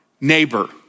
neighbor